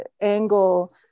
angle